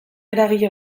eragile